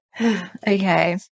Okay